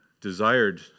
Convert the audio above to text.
desired